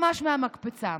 ממש מהמקפצה.